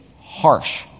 harsh